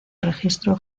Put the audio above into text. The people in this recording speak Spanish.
registro